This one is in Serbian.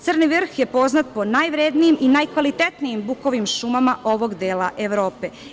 Crni vrh je poznat po najvrednijim i najkvalitetnijim bukovim šumama ovog dela Evrope.